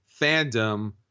fandom